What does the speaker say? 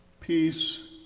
Peace